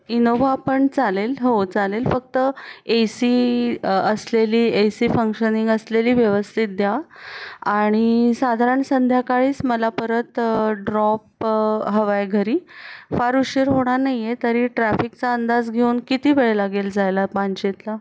Innova पण चालेल हो चालेल फक्त ए सी असलेली ए सी फंक्शनिंग असलेली व्यवस्थित द्या आणि साधारण संध्याकाळीच मला परत ड्रॉप हवाय घरी फार उशीर होणार नाही आहे तरी ट्रॅफिकचा अंदाज घेऊन किती वेळ लागेल जायला पानशेतला